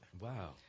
Wow